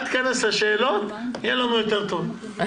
אל תיכנס לשאלות ויהיה לנו יותר טוב.